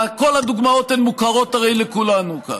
כל הדוגמאות הרי מוכרות לכולנו כאן.